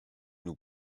nous